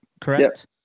Correct